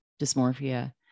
dysmorphia